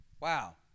Wow